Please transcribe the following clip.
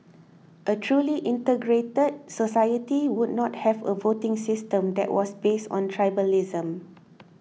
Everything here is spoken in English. a truly integrated society would not have a voting system that was based on tribalism